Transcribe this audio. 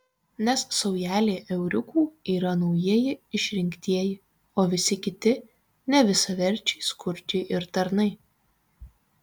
nes saujelė euriukų yra naujieji išrinktieji o visi kiti nevisaverčiai skurdžiai ir tarnai